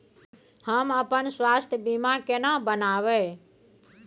हम अपन स्वास्थ बीमा केना बनाबै?